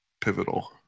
pivotal